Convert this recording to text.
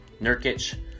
Nurkic